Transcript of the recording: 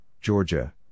Georgia